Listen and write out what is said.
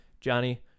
Johnny